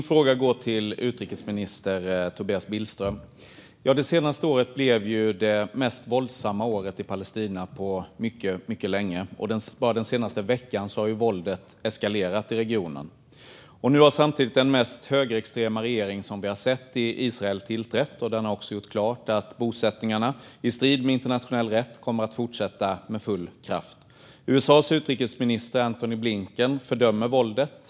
Herr talman! Min fråga går till utrikesminister Tobias Billström. Det senaste året blev det mest våldsamma i Palestina på mycket länge. Bara den senaste veckan har våldet eskalerat i regionen. Nu har samtidigt den mest högerextrema regering som vi sett i Israel tillträtt. Den har gjort klart att bosättningarna, i strid med internationell rätt, kommer att fortsätta med full kraft. USA:s utrikesminister Antony Blinken fördömer våldet.